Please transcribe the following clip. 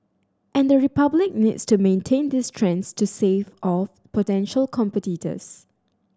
and the Republic needs to maintain these strengths to stave off potential competitors